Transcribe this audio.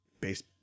base